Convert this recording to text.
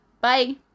Bye